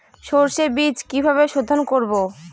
সর্ষে বিজ কিভাবে সোধোন করব?